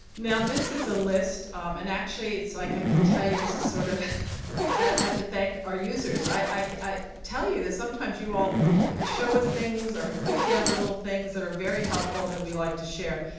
now this is a list and actually, it's like i can tell you this is sort of i have to thank our users. i like i tell you that sometimes you all show us things or have put together little things that are very helpful that we like to share.